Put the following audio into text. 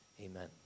Amen